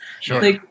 Sure